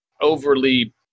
overly